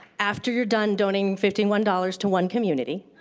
after you're done donating fifty one dollars to one community,